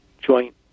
joint